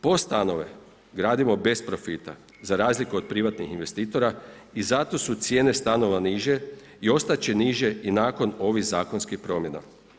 POS stanove gradimo bez profita za razliku od privatnih investitora i zato su cijene stanova niže i ostati će niže i nakon ovih zakonskih promjena.